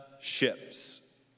ships